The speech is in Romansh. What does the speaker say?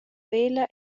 vella